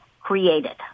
created